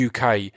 UK